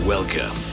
Welcome